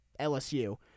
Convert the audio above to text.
LSU